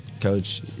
coach